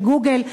של גוגל,